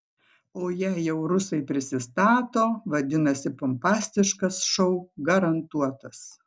o jei jau rusai prisistato vadinasi pompastiškas šou garantuotas